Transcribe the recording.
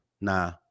nah